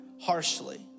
harshly